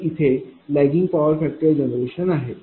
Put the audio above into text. तर इथे हे लैगिंग पॉवर फॅक्टर जनरेशन आहे